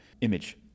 image